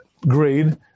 grade